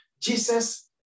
jesus